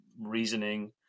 reasoning